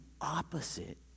opposite